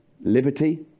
liberty